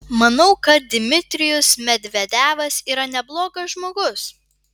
manau kad dmitrijus medvedevas yra neblogas žmogus